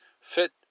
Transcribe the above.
fit